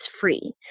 free